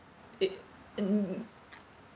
it in